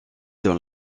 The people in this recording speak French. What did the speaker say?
dans